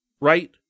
Right